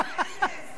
הוא לא יכול.